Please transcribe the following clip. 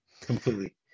Completely